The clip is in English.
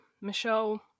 Michelle